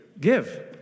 give